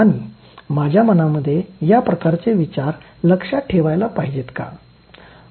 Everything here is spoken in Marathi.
आणि माझ्या मनामध्ये या प्रकारचे विचार लक्षात ठेवायला पाहिजेत का